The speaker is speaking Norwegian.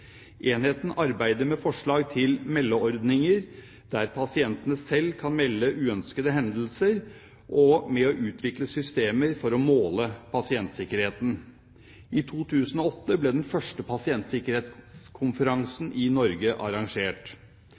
Enheten arbeider med forslag til meldeordninger der pasientene selv kan melde uønskede hendelser, og med å utvikle systemer for å måle pasientsikkerheten. I 2008 ble den første pasientsikkerhetskonferansen i Norge arrangert.